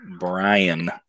Brian